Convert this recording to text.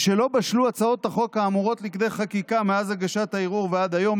משלא בשלו הצעות החוק האמורות לכדי חקיקה מאז הגשת הערעור ועד היום,